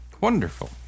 Wonderful